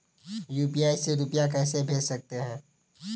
UPI से रुपया कैसे भेज सकते हैं?